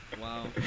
wow